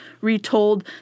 Retold